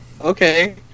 okay